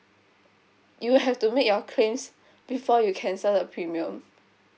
you have to make your claims before you cancel the premium